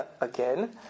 Again